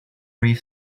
reef